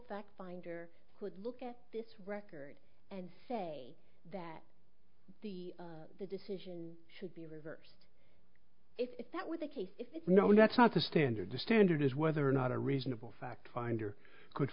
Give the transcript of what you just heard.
fact finder could look at this record and say that the the decision should be reversed if that were the case if no that's not the standard the standard is whether or not a reasonable fact finder could